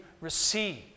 receive